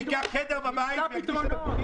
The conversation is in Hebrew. -- אני אקח חדר בבית ואקדיש אותו לבקבוקים?